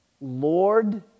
Lord